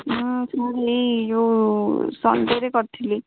ମୁଁ ସାର୍ ଏଇ ଯେଉଁ ସନ୍ଡ଼େରେ କରିଥିଲି